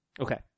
Okay